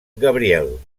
gabriel